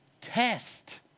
test